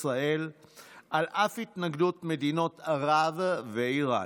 ישראל על אף התנגדות מדינות ערב ואיראן